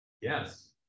Yes